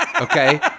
Okay